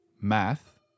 math